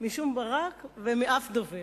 משום ברק ומשום דובר,